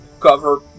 cover